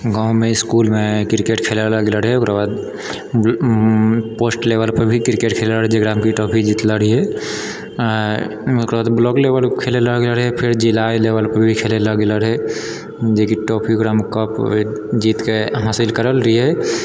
गाँवमे इसकुलमे क्रिकेट खेलायवला गेल रहियै ओकराबाद पोस्ट लेवलपर भी क्रिकेट खेलैवला जकरामे की ट्रॉफी जीतलऽ रहिये ओकराबाद ब्लॉक लेवलपर खेलै लए गेल रहै फिर जिला लेवलपर भी खेलै लए गेल रहै जे कि ट्रॉफी ओकरामे कप जीत कऽ हासिल करल रहियै